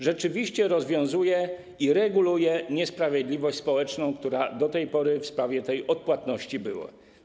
Rzeczywiście rozwiązuje i reguluje niesprawiedliwość społeczną, która do tej pory w sprawie tej odpłatności była.